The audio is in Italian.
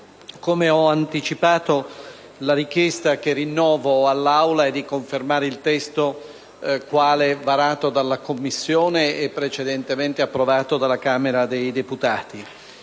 come ho anticipato, la richiesta che rinnovo all'Aula è di confermare il testo varato dalla Commissione e precedentemente approvato dalla Camera dei deputati.